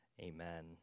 Amen